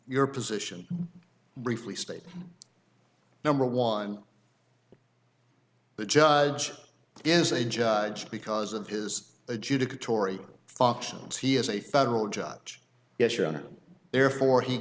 your position briefly state number one the judge is a judge because of his adjudicatory functions he is a federal judge yes your honor therefore he